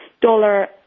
dollar